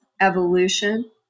evolution